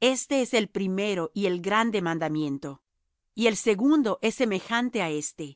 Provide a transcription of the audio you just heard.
este es el primero y el grande mandamiento y el segundo es semejante á éste